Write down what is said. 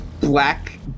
black